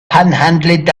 panhandling